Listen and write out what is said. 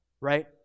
right